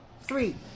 Three